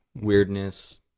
Weirdness